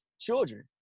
children